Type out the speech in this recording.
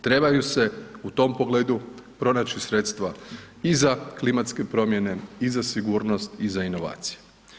Trebaju se u tom pogledu pronaći sredstva i za klimatske promjene i za sigurnosti i za inovacije.